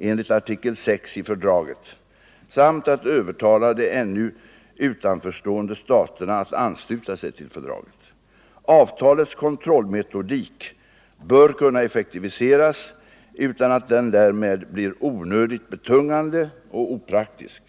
enligt artikel VI i fördraget samt att övertala de 22 november 1974 ännu utanförstående staterna att ansluta sig till fördraget. Avtaletskon= I trollmetodik bör kunna effektiviseras utan att den därmed blir onödigt — Ang. säkerhetsoch betungande och opraktisk.